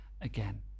again